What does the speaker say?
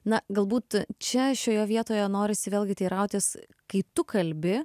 na galbūt čia šioje vietoje norisi vėlgi teirautis kai tu kalbi